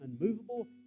unmovable